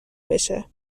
بشه